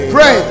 Pray